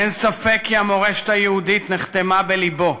אין ספק כי המורשת היהודית נחתמה בלבו.